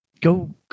go